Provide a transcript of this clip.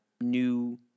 new